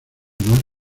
más